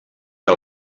que